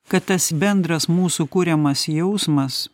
kad tas bendras mūsų kuriamas jausmas